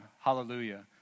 hallelujah